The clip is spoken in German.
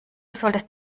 solltest